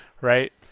Right